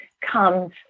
comes